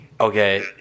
Okay